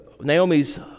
Naomi's